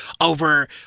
over